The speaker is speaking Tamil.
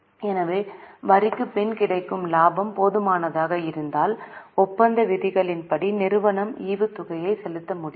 எனவே வரிக்குப் பின் கிடைக்கும் லாபம் போதுமானதாக இருந்தால் ஒப்பந்த விதிமுறைகளின்படி நிறுவனம் ஈவுத்தொகையை செலுத்த முடியும்